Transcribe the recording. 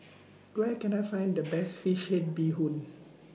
Where Can I Find The Best Fish Head Bee Hoon